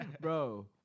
bro